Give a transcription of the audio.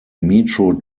metro